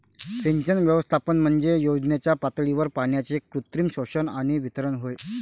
सिंचन व्यवस्थापन म्हणजे योजनेच्या पातळीवर पाण्याचे कृत्रिम शोषण आणि वितरण होय